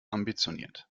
ambitioniert